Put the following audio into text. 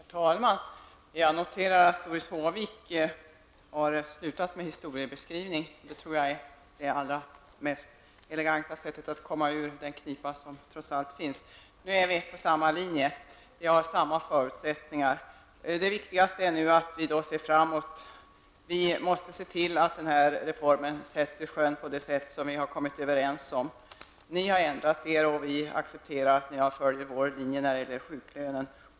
Herr talman! Jag noterar att Doris Håvik har slutat med sin historiebeskrivning. Det var nog det elegantaste sättet att komma ut knipan. Nu är vi på samma linje, och vi har samma förutsättningar. Det viktigaste är nu att vi ser till att den här reformen sätts i sjön på det sätt som vi kommit överens om. Ni har ändrat er, och vi accepterar att ni följt vår linje när det gäller sjuklönen.